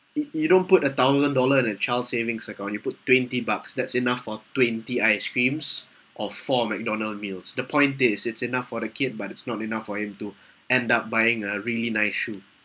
if you don't put a thousand dollar in a child savings account you put twenty bucks that's enough for twenty ice creams or four mcdonald meals the point is it's enough for a kid but it's not enough for him to end up buying a really nice shoe